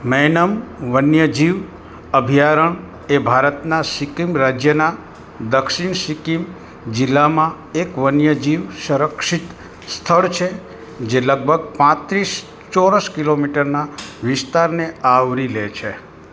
મૈનમ વન્યજીવ અભયારણ્ય એ ભારતનાં સિક્કિમ રાજ્યનાં દક્ષિણ સિક્કિમ જિલ્લામાં એક વન્યજીવ સંરક્ષિત સ્થળ છે જે લગભગ પાંત્રીસ ચોરસ કિલોમીટરના વિસ્તારને આવરી લે છે